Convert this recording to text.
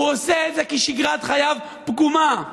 הוא עושה את זה כי שגרת חייו פגומה.